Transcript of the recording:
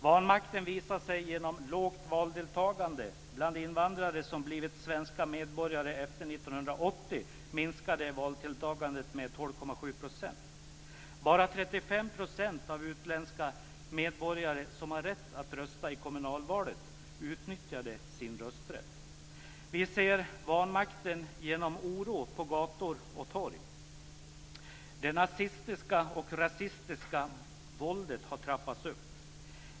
Vanmakten visar sig genom lågt valdeltagande. Bara 35 % av utländska medborgare som har rätt att delta i kommunalvalet utnyttjade sin rösträtt. Vi ser vanmakten genom oro på gator och torg. Det nazistiska och rasistiska våldet har trappats upp.